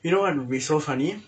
you know what would be so funny